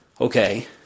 Okay